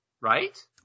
right